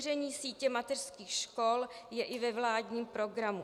Rozšíření sítě mateřských škol je i ve vládním programu.